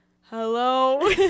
hello